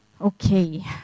Okay